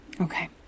Okay